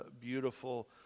beautiful